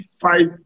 five